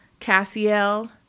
Cassiel